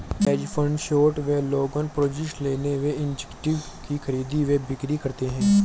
hedge fund short व long positions लेते हैं, इक्विटीज की खरीद व बिक्री करते हैं